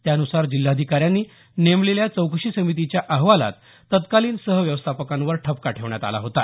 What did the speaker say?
त्यानुसार जिल्हाधिकाऱ्यांनी नेमलेल्या चौकशी समितीच्या अहवालात तत्कालीन सहव्यवस्थापकांवर ठपका ठेवण्यात आला होता